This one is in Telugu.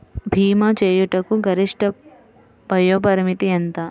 భీమా చేయుటకు గరిష్ట వయోపరిమితి ఎంత?